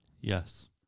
Yes